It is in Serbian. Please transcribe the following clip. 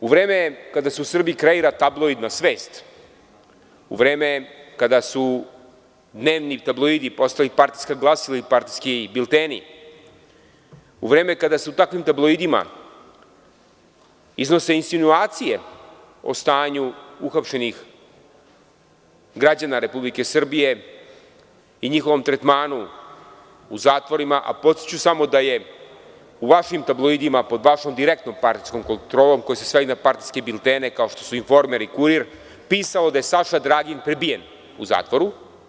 U vreme kada se u Srbiji kreira tabloidna svest, u vreme kada su dnevni tabloidi postali partijska glasila i partijski bilteni, u vreme kada se u takvim tabloidima iznose insinuacije o stanju uhapšenih građana Republike Srbije i njihovom tretmanu u zatvorima, a podsetiću samo da je u vašim tabloidima, pod vašom direktnom partijskom kontrolom, koja se svodi na partijske biltene, kao što su „Informer“ i „Kurir“, pisalo da je Saša Dragin prebijen u zatvoru.